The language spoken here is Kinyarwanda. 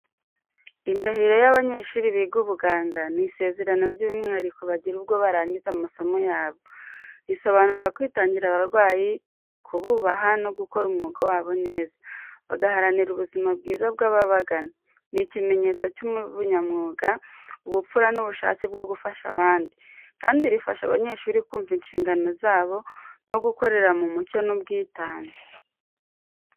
Indahiro y’abanyeshuri biga ubuganga ni isezerano ry’umwihariko bagira ubwo barangiza amasomo yabo. Risobanura kwitangira abarwayi, kububaha no gukora umwuga wabo neza, bagaharanira ubuzima bwiza bw’ababagana. Ni ikimenyetso cy’ubunyamwuga, ubupfura n’ubushake bwo gufasha abandi, kandi rifasha abanyeshuri kumva inshingano zabo no gukorera mu mucyo n’ubwitange.